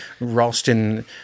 Ralston